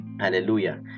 Hallelujah